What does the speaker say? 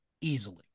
easily